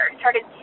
started